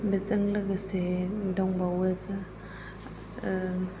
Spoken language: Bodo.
बेजों लोगोसे दंबावो